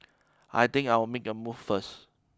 I think I'll make a move first